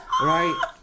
Right